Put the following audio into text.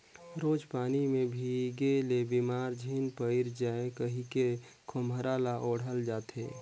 रोज पानी मे भीजे ले बेमार झिन पइर जाए कहिके खोम्हरा ल ओढ़ल जाथे